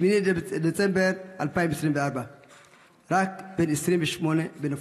8 בדצמבר 2024. רק בן 28 היה בנופלו.